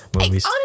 movies